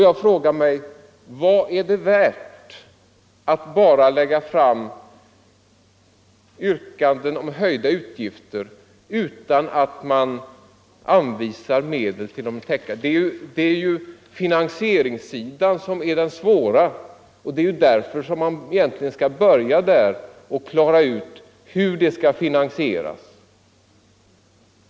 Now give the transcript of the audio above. Jag frågar mig: Vad är det värt att bara föra fram yrkanden om höjda utgifter utan att anvisa medel till täckningen? Det är ju finansieringssidan som är den svåra, och det därför som man egentligen skall börja där och klara ut hur det hela skall finansieras.